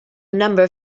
number